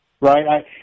right